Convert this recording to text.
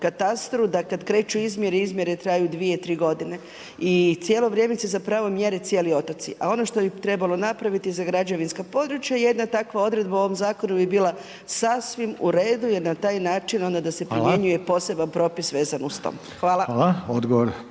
da kad kreću izmjere, izmjere traju 2, 3 godine i cijelo vrijeme se zapravo mjere cijeli otoci. A ono što bi trebalo napraviti za građevinska područja je da takva odredba u ovom zakonu bi bila sasvim u redu jer na taj način onda da se primjenjuje poseban propis vezan uz to. Hvala. **Reiner,